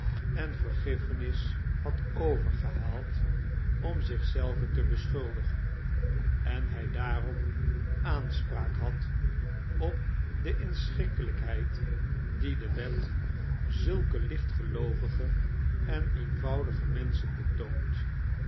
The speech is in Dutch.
en vergiffenis had overgehaald om zich zelven te beschuldigen en hij daarom aanspraak had op de inschikkelijkheid die de wet zulke lichtgeloovige en eenvoudige menschen betoont